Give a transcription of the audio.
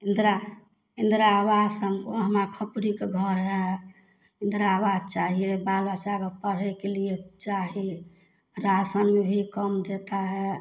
इन्दिरा इन्दिरा आवास हम हमरा खोपड़ीके घर हइ इन्दिरा आवास चाहिए बालबच्चाके पढ़यके लिए चाही राशन भी कम दै हइ